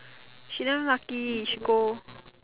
she damn lucky she go